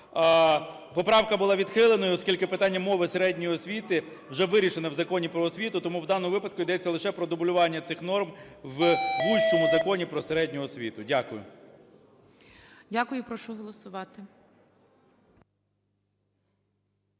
Поправка була відхиленою, оскільки питання мови середньої освіти вже вирішено в Законі "Про освіту". Тому в даному випадку йдеться лише про дублювання цих норм у вужчому Законі про середню освіту. Дякую. ГОЛОВУЮЧИЙ. Дякую і прошу голосувати.